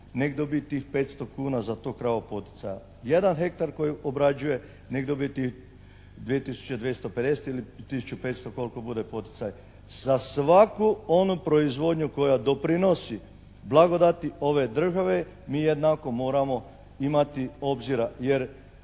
nek dobi tih 500 kuna za tu kravu poticaja. Jedan hektar koji obrađuje nek dobi tih 2 tisuće 250 ili tisuću 500 koliko bude poticaj. Za svaku onu proizvodnju koja doprinosi blagodati ove države mi jednako moramo imati obzira. Jer